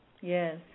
Yes